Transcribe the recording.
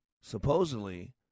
Supposedly